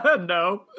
no